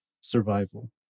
survival